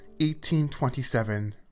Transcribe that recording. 1827